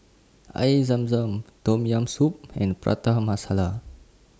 Air Zam Zam Tom Yam Soup and Prata Masala